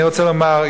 אני רוצה לומר,